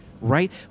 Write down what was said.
Right